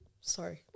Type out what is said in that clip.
Sorry